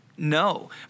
No